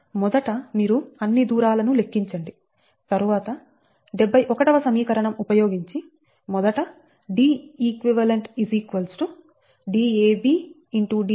మొదట మీరు అన్ని దూరాలను లెక్కించండి తరువాత 71 వ సమీకరణం ఉపయోగించి మొదట Deq Dab